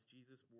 Jesus